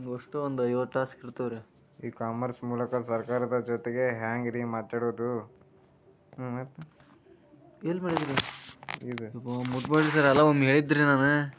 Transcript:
E commerce ಮೂಲಕ ಸರ್ಕಾರದ ಜೊತಿಗೆ ಹ್ಯಾಂಗ್ ರೇ ಮಾತಾಡೋದು?